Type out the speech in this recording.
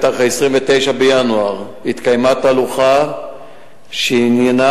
ב-29 בינואר התקיימה תהלוכה שעניינה